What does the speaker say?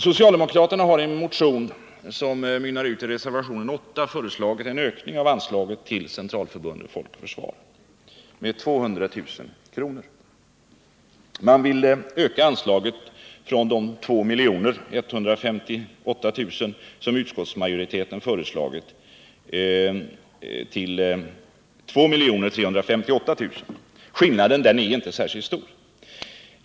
Socialdemokraterna har i en motion, som mynnar ut i reservation nr 8, föreslagit en ökning av anslaget till Centralförbundet Folk och försvar från de 2158 000 som utskottsmajoriteten föreslagit till 2 358 000. Skillnaden är inte särskilt stor.